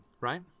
right